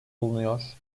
bulunuyor